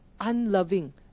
unloving